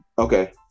Okay